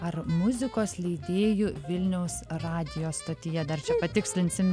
ar muzikos leidėju vilniaus radijo stotyje dar čia patikslinsim